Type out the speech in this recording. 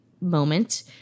moment